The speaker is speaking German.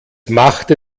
machte